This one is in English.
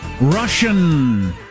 Russian